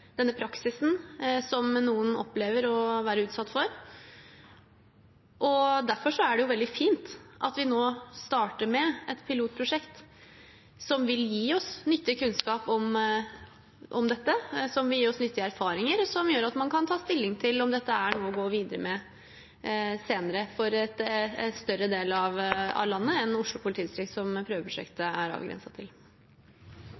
denne praksisen som noen opplever å være utsatt for. Derfor er det veldig fint at vi nå starter med et pilotprosjekt som vil gi oss nyttig kunnskap om dette, og som vil gi oss nyttige erfaringer som gjør at man kan ta stilling til om dette er noe å gå videre med senere for en større del av landet enn Oslo politidistrikt, som prøveprosjektet